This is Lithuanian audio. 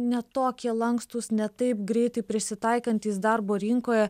ne tokie lankstūs ne taip greitai prisitaikantys darbo rinkoje